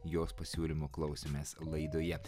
jos pasiūlymų klausėmės laidoje